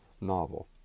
novel